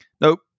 Nope